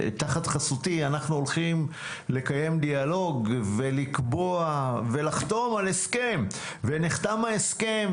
תחת חסותי אנחנו הולכים לקיים דיאלוג ולחתום על הסכם ונחתם ההסכם,